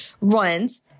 runs